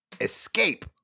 Escape